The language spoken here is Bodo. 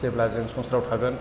जेब्ला जों संसाराव थागोन